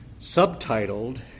subtitled